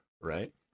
right